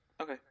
Okay